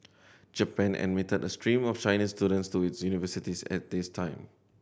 Japan admitted a stream of Chinese students to its universities at this time